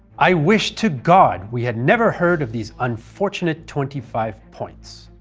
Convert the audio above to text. i wish to god we had never heard of these unfortunate twenty five points,